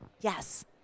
yes